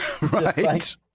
Right